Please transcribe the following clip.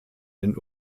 den